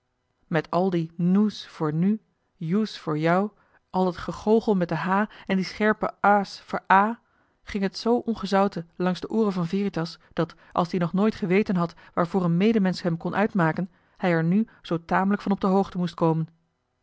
met al die noe's voor nu joe's voor jou al dat gegoochel met de h en die scherpe ae's voor a ging het zoo ongezouten langs de ooren van veritas dat als die nog nooit geweten had waarvoor een medemensch hem kon uitmaken hij er nu zoo tamelijk van op de hoogte moest komen